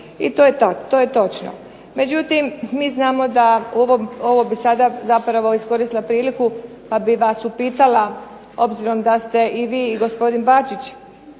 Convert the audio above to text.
i to je točno. Međutim, mi znamo da, ovo bi sada zapravo iskoristila priliku pa bi vas upitala obzirom da ste i vi i gospodin Bačić